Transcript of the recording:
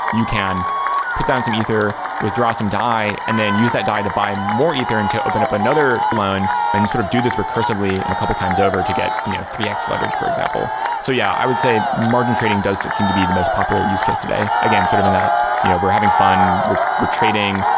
you can put down some ether, withdraw some dai and then use that dai to buy more ether and to open up another loan and sort of do this recursively a couple times over to get you know three x leverage, for example. so yeah, i would say margin trading does seem to be the most popular use case today. again, sort of in that you know we're having fun. we're trading.